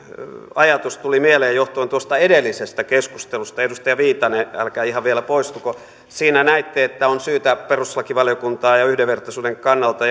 ajatus tuli mieleen johtuen tuosta edellisestä keskustelusta edustaja viitanen älkää ihan vielä poistuko siinä näitte että on syytä perustuslakivaliokuntaan jo yhdenvertaisuuden kannalta